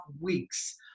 weeks